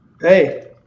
Hey